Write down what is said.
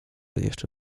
jeszcze